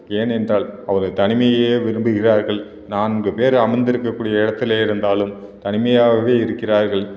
ஏனென்றால் அவர்கள் தனிமையயே விரும்புகிறார்கள் நான்கு பேர் அமர்ந்திருக்க கூடிய இடத்துலே இருந்தாலும் தனிமையாகவே இருக்கிறார்கள்